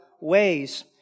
ways